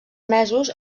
mesos